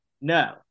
No